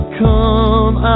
come